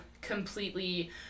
completely